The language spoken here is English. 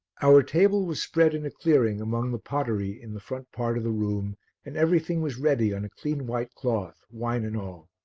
our table was spread in a clearing among the pottery in the front part of the room and everything was ready on a clean white cloth, wine and all.